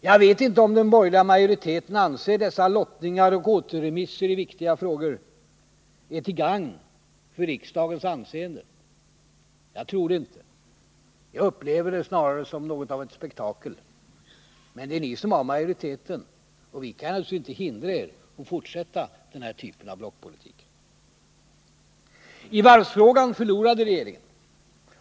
Jag vet inte om den borgerliga majoriteten anser dessa lottningar och återremisser i viktiga frågor vara till gagn för riksdagens anseende. Jag tror det inte. Jag upplever det snarare som ett spektakel. Men ni har ju majoriteten. Vi kan inte hindra er från att fortsätta denna typ av blockpolitik. I varvsfrågan förlorade regeringen.